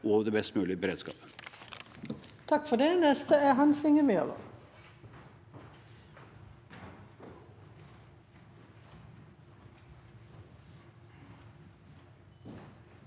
og den best mulige beredskapen.